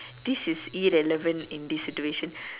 this is irrelevant in this situation